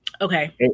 okay